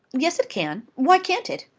yes, it can. why can't it?